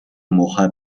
муухай